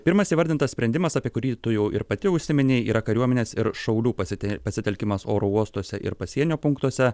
pirmas įvardintas sprendimas apie kurį tu jau ir pati užsiminei yra kariuomenės ir šaulių pasite pasitelkimas oro uostuose ir pasienio punktuose